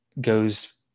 goes